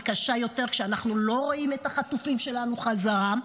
היא קשה יותר כשאנחנו לא רואים את החטופים שלנו בחזרה.